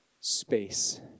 space